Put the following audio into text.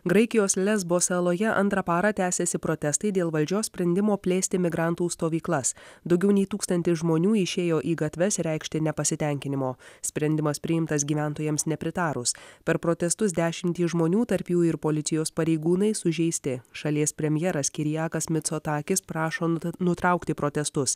graikijos lesbo saloje antrą parą tęsiasi protestai dėl valdžios sprendimo plėsti migrantų stovyklas daugiau nei tūkstantis žmonių išėjo į gatves reikšti nepasitenkinimo sprendimas priimtas gyventojams nepritarus per protestus dešimtys žmonių tarp jų ir policijos pareigūnai sužeisti šalies premjeras kyriakas mitsotakis prašo nutraukti protestus